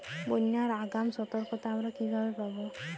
বন্যার আগাম সতর্কতা আমরা কিভাবে পাবো?